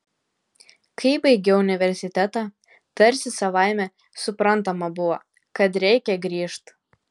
kai baigiau universitetą tarsi savaime suprantama buvo kad reikia grįžt